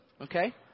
okay